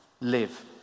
live